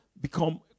become